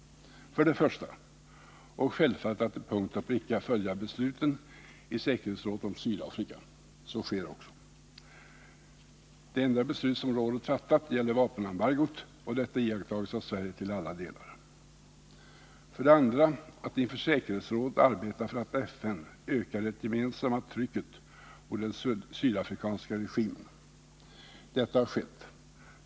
För det första — och självfallet — att till punkt och pricka följa FN-besluten i säkerhetsrådet om Sydafrika. Så sker också. Det enda beslut som rådet fattat gäller vapenembargot, och detta har iakttagits av Sverige till alla delar. För det andra att inför säkerhetsrådet arbeta för att FN ökar det gemensamma trycket mot den sydafrikanska regimen. Detta har skett.